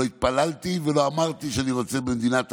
לא התפללתי ולא אמרתי שאני רוצה במדינת הלכה.